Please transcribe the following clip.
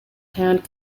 hand